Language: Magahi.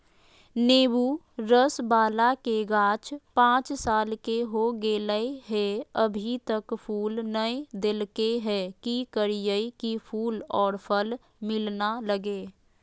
नेंबू रस बाला के गाछ पांच साल के हो गेलै हैं अभी तक फूल नय देलके है, की करियय की फूल और फल मिलना लगे?